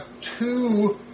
two